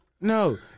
No